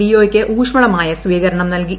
ലിയോയ്ക്ക് ഊഷ്മളമായ സ്വീകരണം നൽകി